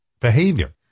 behavior